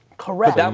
correct. um